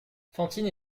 fantine